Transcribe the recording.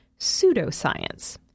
pseudoscience